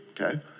okay